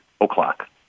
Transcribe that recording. o'clock